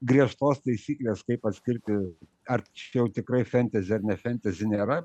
griežtos taisyklės kaip atskirti ar čia jau tikrai fentezi ar ne fentezi nėra